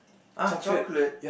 ah chocolate